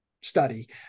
study